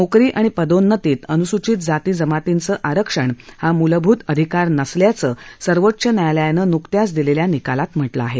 नोकरी आणि पदोन्नतीत अनुसूचित जाती जमातींचं आरक्षण हा मुलभूत अधिकार नसल्याचं सर्वोच्च न्यायालयानं नुकत्याच दिलेल्या निकालात म्हटलं आहे